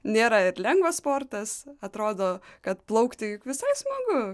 nėra ir lengvas sportas atrodo kad plaukti juk visai smagu